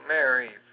Mary